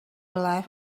life